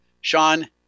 Sean